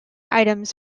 items